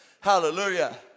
Hallelujah